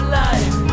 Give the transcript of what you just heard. life